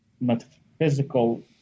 metaphysical